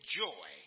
joy